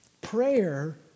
Prayer